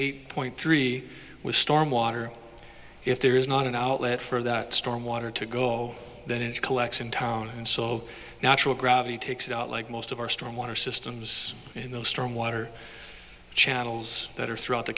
eight point three storm water if there is not an outlet for that storm water to go that it collects in town and so natural gravity takes it out like most of our storm water systems in those storm water channels that are throughout the